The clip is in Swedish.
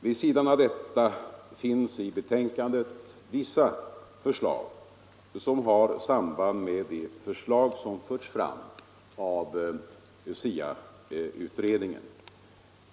Vid sidan av detta finns i betänkandet vissa förslag som har samband med de förslag som förts fram av SIA-utredningen.